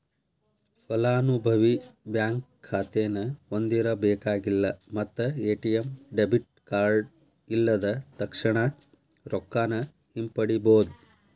ಫಲಾನುಭವಿ ಬ್ಯಾಂಕ್ ಖಾತೆನ ಹೊಂದಿರಬೇಕಾಗಿಲ್ಲ ಮತ್ತ ಎ.ಟಿ.ಎಂ ಡೆಬಿಟ್ ಕಾರ್ಡ್ ಇಲ್ಲದ ತಕ್ಷಣಾ ರೊಕ್ಕಾನ ಹಿಂಪಡಿಬೋದ್